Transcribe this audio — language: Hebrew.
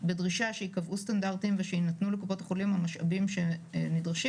בדרישה שייקבעו סטנדרטים ויינתנו לקופות החולים המשאבים הנדרשים